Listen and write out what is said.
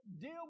deal